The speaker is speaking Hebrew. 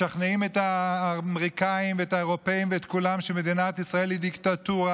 משכנעים את האמריקאים ואת האירופים ואת כולם שמדינת ישראל היא דיקטטורה,